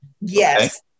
Yes